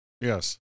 Yes